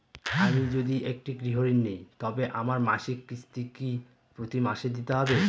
আমি যদি একটি গৃহঋণ নিই তবে আমার মাসিক কিস্তি কি প্রতি মাসে দিতে হবে?